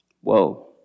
Whoa